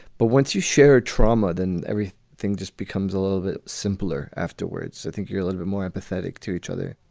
but once you shared trauma, then every thing just becomes a little bit simpler afterwards. i think you're a little bit more empathetic to each other.